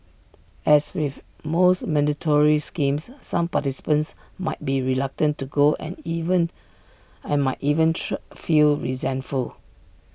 as with most mandatory schemes some participants might be reluctant to go and even and might even feel resentful